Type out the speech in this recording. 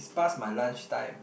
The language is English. it's pass my lunch time